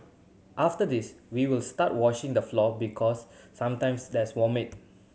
after this we will start washing the floor because sometimes there's vomit